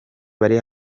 bari